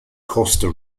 costa